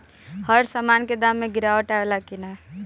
हर सामन के दाम मे गीरावट आवेला कि न?